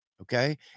Okay